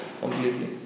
completely